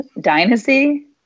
Dynasty